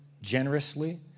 generously